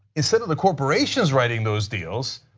instead of the corporations writing those deals,